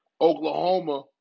Oklahoma